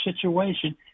situation